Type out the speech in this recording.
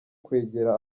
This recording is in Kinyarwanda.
kwegera